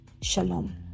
shalom